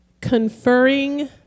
conferring